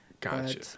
gotcha